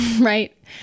right